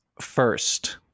first